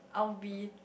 I will be